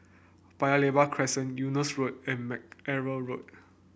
Paya Lebar Crescent Eunos Road and Mackerrow Road